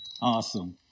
Awesome